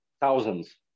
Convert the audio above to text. thousands